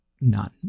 none